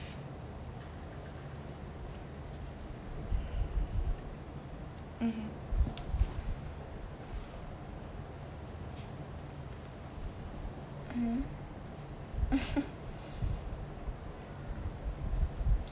mmhmm mm